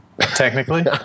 technically